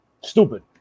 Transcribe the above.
Stupid